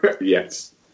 Yes